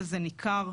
וזה ניכר.